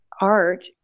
art